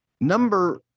Number